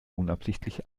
unabsichtlich